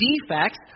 defects